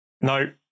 No